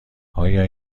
آیا